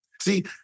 See